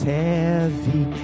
heavy